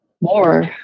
more